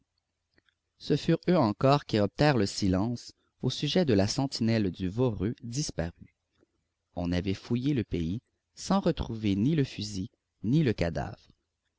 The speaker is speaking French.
ce furent eux encore qui obtinrent le silence au sujet de la sentinelle du voreux disparue on avait fouillé le pays sans retrouver ni le fusil ni le cadavre